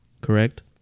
correct